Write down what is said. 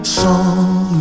song